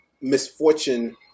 misfortune